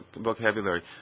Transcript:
vocabulary